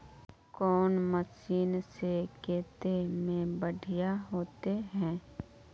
कौन मशीन से कते में बढ़िया होते है?